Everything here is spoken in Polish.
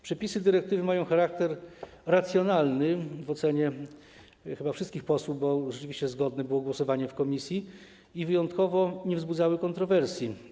Przepisy dyrektywy mają charakter racjonalny w ocenie chyba wszystkich posłów, bo rzeczywiście głosowanie w komisji było zgodne, i wyjątkowo nie wzbudzały kontrowersji.